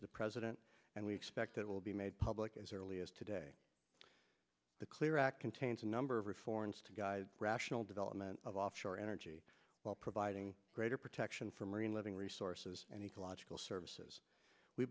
to the president and we expect it will be made public as early as today the clear act contains a number of reforms to guide rational development of offshore energy while providing greater protection for marine living resources and ecological services we